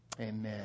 amen